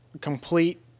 complete